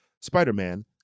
Spider-Man